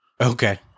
Okay